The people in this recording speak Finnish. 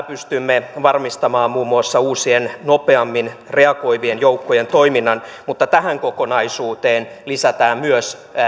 pystymme varmistamaan muun muassa uusien nopeammin reagoivien joukkojen toiminnan ja tähän kokonaisuuteen lisätään myös